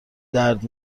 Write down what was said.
درد